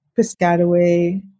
Piscataway